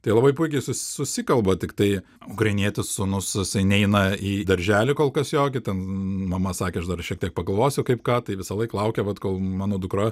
tai labai puikiai susikalba tiktai ukrainietis sūnus jisai neina į darželį kol kas jokį ten mama sakė aš dar šiek tiek pagalvosiu kaip ką tai visąlaik laukia vat kol mano dukra